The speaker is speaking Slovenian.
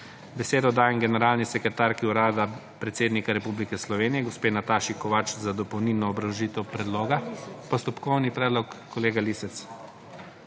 Besedo dajem generalni sekretarki Urada predsednike Republike Slovenije gospe Nataši Kovač za dopolnilno obrazložitev predloga. Postopkovni predlog, kolega Lisec.